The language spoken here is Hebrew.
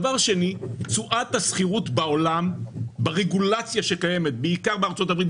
דבר שני תשואת השכירות בעולם ברגולציה שקיימת בעיקר בארצות הברית,